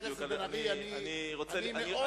אני רוצה לשאול.